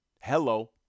Hello